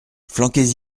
flanquez